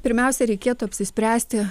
pirmiausia reikėtų apsispręsti